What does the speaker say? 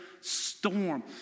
storm